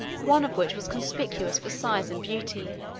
one of which was conspicuous for size and beauty